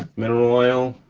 mineral oil,